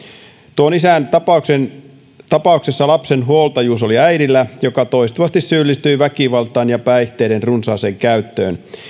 tuon isän tapauksessa lapsen huoltajuus oli äidillä joka toistuvasti syyllistyi väkivaltaan ja päihteiden runsaaseen käyttöön